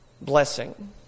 blessing